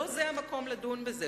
לא זה המקום לדון בזה.